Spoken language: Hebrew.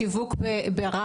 יש שיווק ברדיו